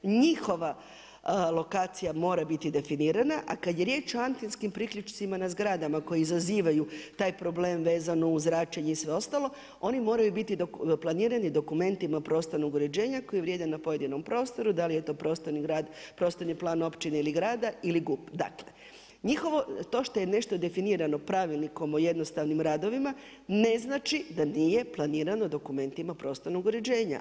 Njihova lokacija mora biti definirana, a kad je riječ o antenskim priključcima na zgradama, koje izazivaju taj problem vezano uz zračenje i sve ostalo, oni moraju biti planirani dokumentima prostornog uređenja koje vrijede na pojedinom prostoru, da li je to prostorni plan općine ili grada ili … dakle, to što je nešto definirano Pravilnikom o jednostavnim radovima, ne znači da nije planirano dokumentima prostornog uređenja.